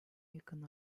yakın